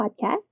podcast